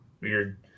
weird